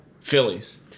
Phillies